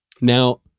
Now